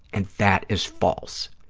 and that is false.